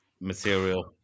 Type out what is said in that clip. material